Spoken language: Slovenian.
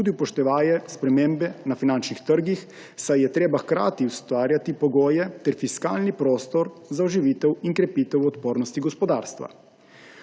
tudi upoštevaje spremembe na finančnih trgih, saj je treba hkrati ustvarjati pogoje ter fiskalni prostor za oživitev in krepitev odpornosti gospodarstva.